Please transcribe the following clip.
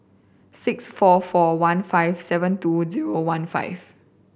six four four one five seven two zero one five